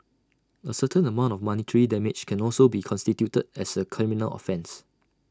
A certain amount of monetary damage can also be constituted as A criminal offence